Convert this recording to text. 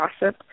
gossip